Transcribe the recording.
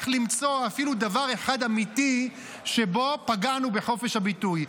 למצוא אפילו דבר אחד אמיתי שבו פגענו בחופש הביטוי.